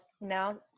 now